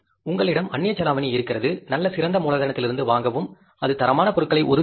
உங்களிடம் அந்நிய செலாவணி இருக்கிறது நல்ல சிறந்த மூலத்திலிருந்து வாங்கவும் அது தரமான பொருட்களை உறுதி செய்யும்